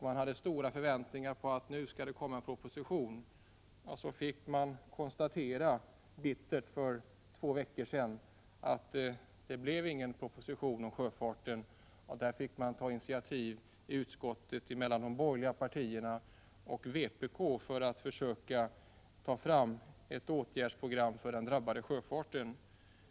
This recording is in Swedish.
De hade stora förväntningar på att det skulle komma en proposition. Men sedan fick man för två veckor sedan bittert konstatera att det inte blev någon proposition om sjöfarten. Då fick man i utskottet ta initiativ, de borgerliga partierna och vpk, för att försöka ta fram ett åtgärdsprogram för den drabbade sjöfarten.